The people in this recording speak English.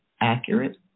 accurate